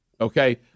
Okay